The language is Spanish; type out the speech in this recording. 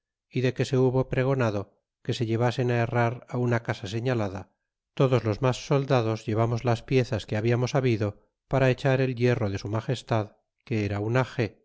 y de que se hubo pregonado que se llevasen herrar á una casa señalada todos los mas soldados llevamos las piezas que hablamos habido para echar el hierro de su magestad que era una o